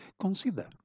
Consider